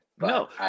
No